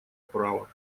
права